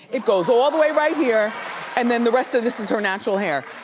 it goes all the way right here and then the rest of this is her natural hair.